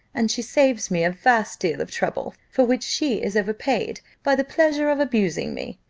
and she saves me a vast deal of trouble, for which she is overpaid by the pleasure of abusing me.